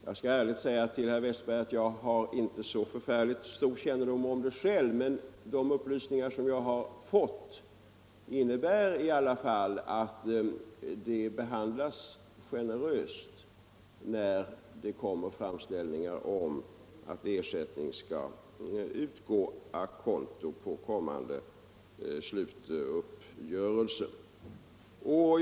Jag skall ärligt säga att jag inte själv har så förfärligt stor kännedom om detta, men de upplysningar jag har fått innebär att framställning om att få ut ersättning å conto på kommande slutuppgörelse behandlas generöst.